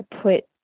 put –